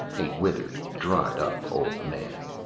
a withered, dried-up old man.